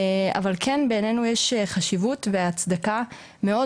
אבל כן בעינינו יש חשיבות והצדקה מאוד